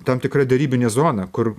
tam tikra derybinė zona kur